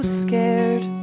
scared